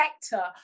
sector